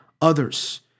others